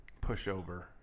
pushover